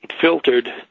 filtered